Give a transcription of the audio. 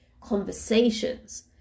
conversations